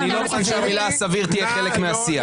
אני לא מוכן שהמילה סביר תהיה חלק מהשיח.